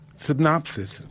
synopsis